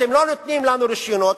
אתם לא נותנים לנו רשיונות,